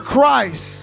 Christ